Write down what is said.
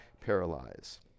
paralyze